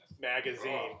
magazine